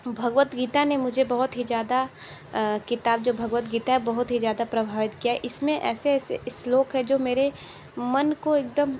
भगवद्गीता ने मुझे बहुत ही ज़्यादा किताब जो भगवद्गीता है बहुत ही ज़्यादा प्रभावित किया इसमें ऐसे ऐसे श्लोक हैं जो मेरे मन को एकदम